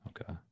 Okay